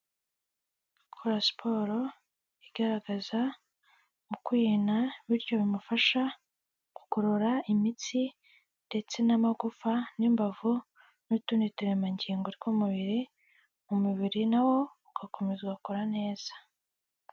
Gukora siporo igaragaza mukwihina bityo bimufasha kugorora imitsi ndetse n'amagufa n'imbavu n'utundi turemangingo tw'umubiri umubiri na wo ugakomeza ugakora neza.